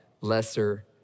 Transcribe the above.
lesser